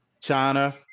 China